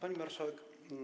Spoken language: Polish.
Pani Marszałek!